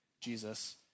Jesus